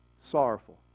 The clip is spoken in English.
sorrowful